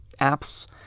apps